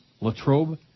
Latrobe